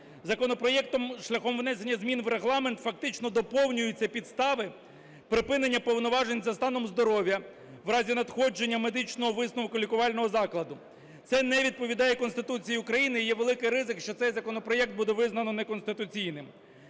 законопроектом шляхом внесення змін в Регламент фактично доповнюються підстави припинення повноважень за станом здоров'я в разі надходження медичного висновку лікувального закладу. Це не відповідає Конституції України і є великий ризик, що цей законопроект буде визнано неконституційним.